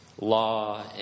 law